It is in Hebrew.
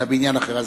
אלא בעניין אחר.